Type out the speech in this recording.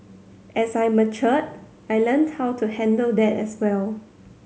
as I matured I learnt how to handle that as well